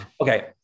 Okay